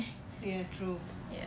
ya true